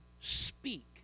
speak